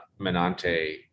Menante